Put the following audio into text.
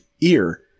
ear